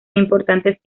importantes